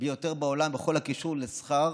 ביותר בעולם בכל הקשור לשכר